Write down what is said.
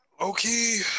Okay